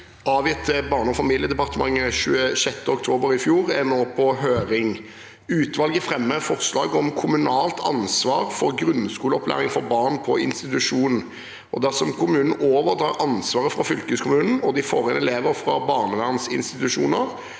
avgitt til Barne- og familiedepartementet den 26. oktober 2023, er nå på høring. Utvalget fremmer forslag om kommunalt ansvar for grunnskoleopplæring for barn på institusjon. Dersom kommunen overtar ansvaret fra fylkeskommunen, og de får inn elever fra barnevernsinstitusjoner,